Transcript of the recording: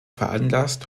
veranlasst